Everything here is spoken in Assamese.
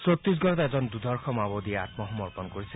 ছত্তিশগড়ত এজন দুৰ্ধৰ্ষ মাওবাদীয়ে আম্মসমৰ্পণ কৰিছে